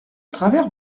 travers